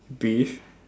beef